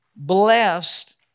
Blessed